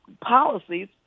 policies